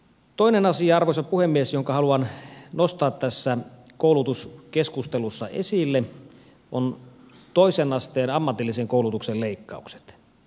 toinen asia arvoisa puhemies jonka haluan nostaa tässä koulutuskeskustelussa esille on toisen asteen ammatillisen koulutuksen leikkaukset